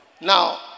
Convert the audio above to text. Now